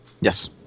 Yes